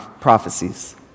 prophecies